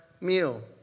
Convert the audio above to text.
meal